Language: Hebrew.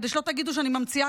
כדי שלא תגידו שאני ממציאה,